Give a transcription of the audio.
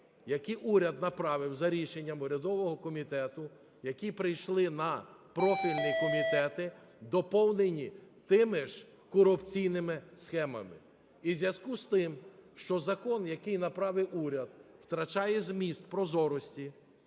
які уряд направив за рішенням урядового комітету, які прийшли на профільні комітети, доповнені тими ж корупційними схемами. І у зв'язку з тим, що закон, який направив уряд, втрачає зміст прозорості,